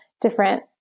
different